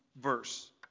verse